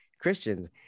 Christians